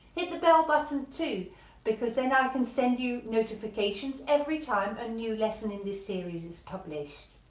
hit the bell button too because then i can send you notifications every time a new lesson in this series is published.